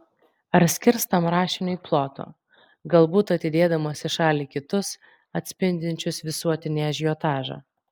ar skirs tam rašiniui ploto galbūt atidėdamas į šalį kitus atspindinčius visuotinį ažiotažą